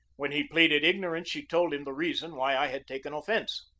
when he pleaded ignorance she told him the reason why i had taken offence.